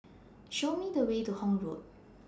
Show Me The Way to Horne Road